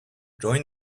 join